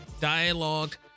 dialogue